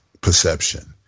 perception